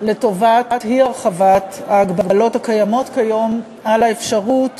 לטובת אי-הרחבת ההגבלות הקיימות כיום על האפשרות